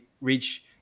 reach